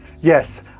Yes